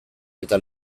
eta